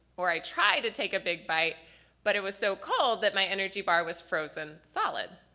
or i tried to take a big bite but it was so cold that my energy bar was frozen solid.